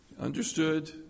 Understood